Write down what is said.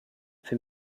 für